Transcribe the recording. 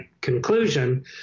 conclusion